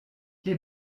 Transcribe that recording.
les